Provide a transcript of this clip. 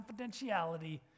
confidentiality